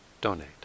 donate